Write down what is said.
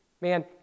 Man